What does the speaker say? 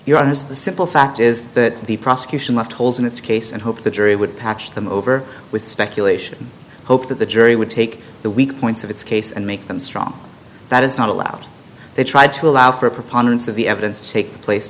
your honour's the simple fact is that the prosecution must holes in its case and hope the jury would patch them over with speculation hope that the jury would take the weak points of its case and make them strong that is not allowed they try to allow for a preponderance of the evidence take place